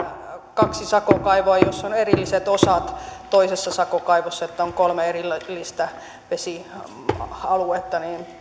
kaksi sakokaivoa jossa on erilliset osat se että toisessa sakokaivossa on kolme erillistä vesialuetta